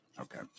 Okay